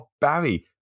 Barry